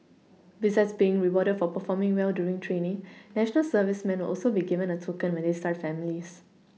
besides being rewarded for performing well during training national servicemen will also be given a token when they start families